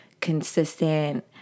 consistent